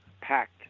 packed